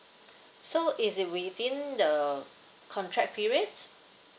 so is it within the contract period